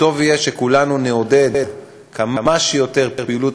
טוב יהיה שכולנו נעודד כמה שיותר פעילות,